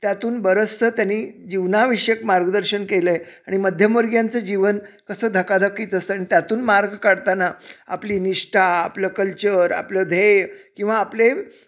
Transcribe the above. त्यातून बरंचसं त्यांनी जीवनाविषयक मार्गदर्शन केलं आहे आणि मध्यमवर्गीयांचं जीवन कसं धकाधकीचं असतं आणि त्यातून मार्ग काढताना आपली निष्ठा आपलं कल्चर आपलं ध्येय किंवा आपले